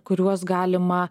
kuriuos galima